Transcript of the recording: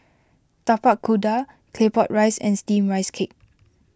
Tapak Kuda Claypot Rice and Steamed Rice Cake